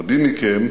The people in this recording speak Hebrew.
רבים מכם,